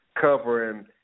covering